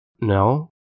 No